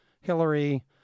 Hillary